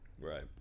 Right